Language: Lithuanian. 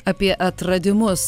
apie atradimus